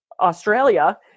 Australia